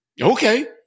okay